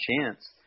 chance